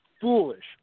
foolish